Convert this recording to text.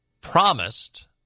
promised